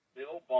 Bill